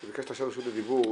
ביקשת את רשות הדיבור.